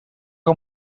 que